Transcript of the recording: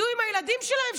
יהיו עם הילדים שלהם,